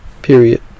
period